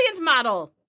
model